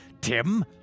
Tim